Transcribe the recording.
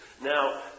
Now